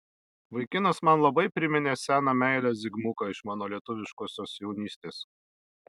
vaikinas man labai priminė seną meilę zigmuką iš mano lietuviškosios jaunystės